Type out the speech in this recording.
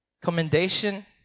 commendation